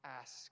ask